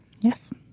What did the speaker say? Yes